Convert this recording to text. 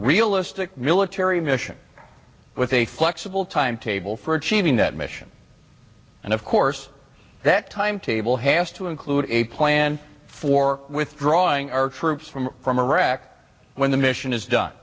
realistic military mission with a flexible timetable for achieving that mission and of course that timetable has to include a plan for withdrawing our troops from from iraq when the mission is done